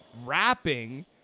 rapping